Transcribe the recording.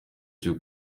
cyo